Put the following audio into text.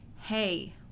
hey